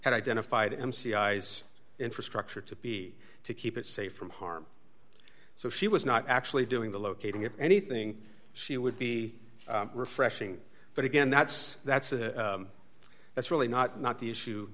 had identified m c i s infrastructure to be to keep it safe from harm so she was not actually doing the locating if anything she would be refreshing but again that's that's a that's really not not the issue